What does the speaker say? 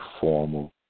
formal